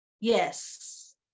yes